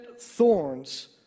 thorns